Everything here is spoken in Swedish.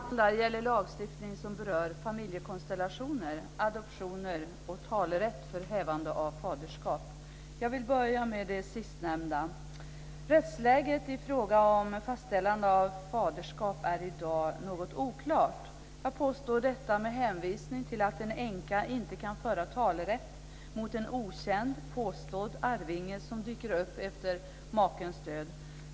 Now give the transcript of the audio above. Fru talman! Det betänkande som vi nu behandlar gäller lagstiftning som berör familjekonstellationer, adoptioner och talerätt för hävande av faderskap. Jag vill börja med det sistnämnda. Rättsläget i fråga om fastställande av faderskap är i dag något oklart. Jag påstår detta med hänvisning till att en änka inte kan föra talerätt mot en okänd påstådd arvinge som dyker upp efter makens död.